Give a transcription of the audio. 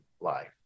life